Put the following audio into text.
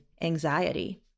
anxiety